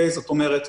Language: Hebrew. זאת אומרת,